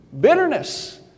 Bitterness